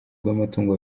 bw’amatungo